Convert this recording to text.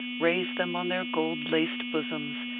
raise them on their gold-laced bosoms,